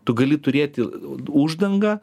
tu gali turėti uždangą